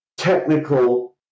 Technical